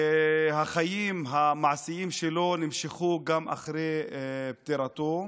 החיים המעשיים שלו נמשכו גם אחרי פטירתו.